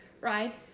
Right